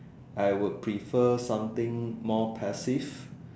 I would prefer something more passive